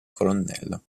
colonnello